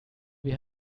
wir